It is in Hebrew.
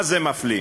מה זה מפלים?